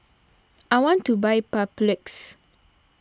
I want to buy Papulex